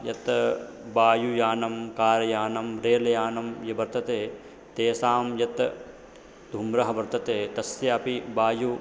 यत् वायुयानं कार्यानं रेल्यानं ये वर्तन्ते तेषां यत् धूम्रः वर्तते तस्यापि वायुः